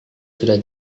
sudah